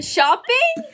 Shopping